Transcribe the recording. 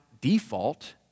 default